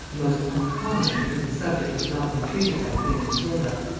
the most uncommon because the subject had not been treated by queen matilda,